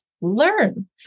learn